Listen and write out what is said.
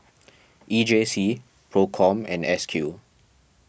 E J C Procom and S Q